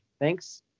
Thanks